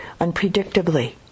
unpredictably